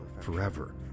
forever